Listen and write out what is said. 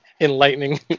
enlightening